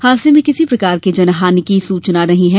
हादसे में किसी प्रकार की जनहानि की सूचना नहीं है